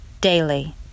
daily